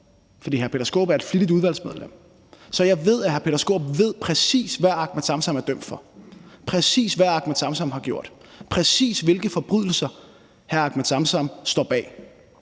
for hr. Peter Skaarup er et flittigt udvalgsmedlem, så jeg ved, at hr. Peter Skaarup ved, præcis hvad Ahmed Samsam er dømt for, præcis hvad Ahmed Samsam har gjort, præcis hvilke forbrydelser Ahmed Samsam står bag.